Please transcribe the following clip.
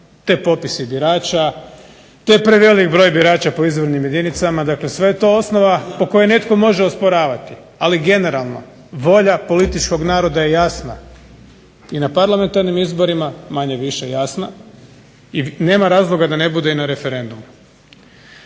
te popisi birača, te prevelik broj birača po izbornim jedinicama, dakle sve je to osnova po kojoj netko može osporavati, ali generalno volja političkog naroda je jasna i na parlamentarnim izborima manje-više jasna i nema razloga da ne bude i na referendumu.